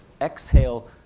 exhale